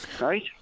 Right